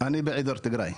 אני מטיגריי.